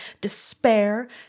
despair